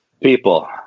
people